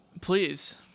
Please